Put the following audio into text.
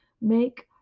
make